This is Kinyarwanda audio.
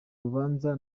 rubanza